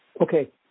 Okay